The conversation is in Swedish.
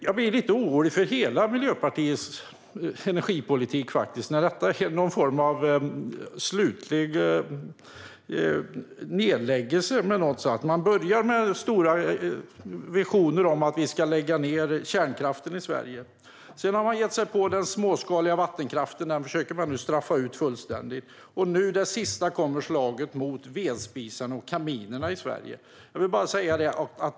Jag blir lite orolig för Miljöpartiets hela energipolitik, faktiskt. Man börjar med stora visioner om att lägga ned kärnkraften i Sverige. Sedan har man gett sig på den småskaliga vattenkraften. Den försöker man nu straffa ut fullständigt. Som det sista kommer nu slaget mot vedspisar och kaminer i Sverige.